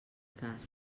cas